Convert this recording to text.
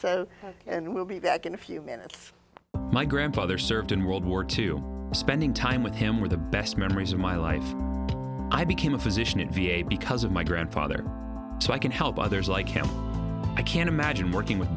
minutes my grandfather served in world war two spending time with him were the best memories of my life i became a physician in v a because of my grandfather so i can help others like him i can't imagine working with